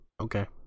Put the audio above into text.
Okay